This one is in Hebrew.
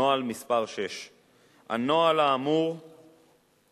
נוהל מס' 6. הנוהל האמור קבע,